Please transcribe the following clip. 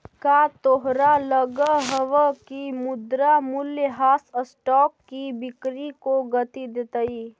का तोहरा लगअ हवअ की मुद्रा मूल्यह्रास स्टॉक की बिक्री को गती देतई